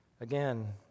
Again